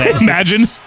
Imagine